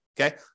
Okay